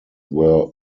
were